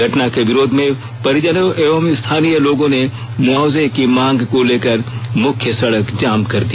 घटना के विरोध में परिजनों एवं स्थानीय लोगों ने मुआवजे की मांग को लेकर मुख्य सड़क जाम कर दिया